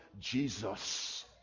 Jesus